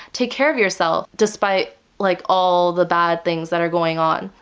take care of yourself despite like all the bad things that are going on.